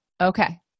Okay